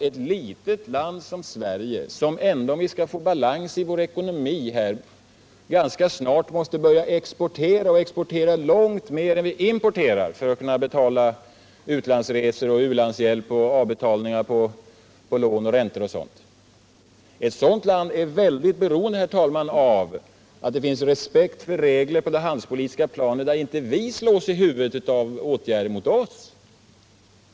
Ett litet land som Sverige måste — jag upprepar det — snart börja exportera långt mer än det importerar för att vi skall kunna betala ut 161 landsresor, u-landshjälp samt avbetalningar och räntor på lån, osv. Ett sådant land är mycket beroende av att man upprätthåller respekten för reglerna på det handelspolitiska planet, så att inte vi slås i huvudet av åtgärder mot oss.